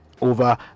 over